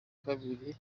kabiri